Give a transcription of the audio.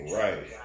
right